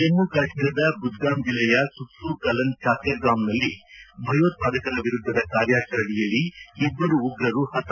ಜಮ್ಮು ಕಾಶ್ಮೀರದ ಬುದ್ಗಾಮ್ ಜಿಲ್ಲೆಯ ಸುತ್ಸೂ ಕಲನ್ ಛಾತ್ತೇರ್ಗಾಮ್ನಲ್ಲಿ ಭಯೋತ್ಪಾದಕರ ವಿರುದ್ದದ ಕಾರ್ಯಾಚರಣೆಯಲ್ಲಿ ಇಬ್ಬರು ಉಗ್ರರು ಹತ